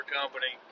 company